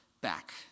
back